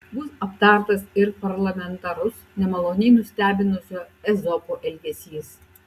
bus aptartas ir parlamentarus nemaloniai nustebinusio ezopo elgesys